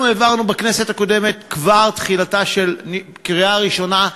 אנחנו העברנו בכנסת הקודמת כבר תחילתה של קריאה ראשונה,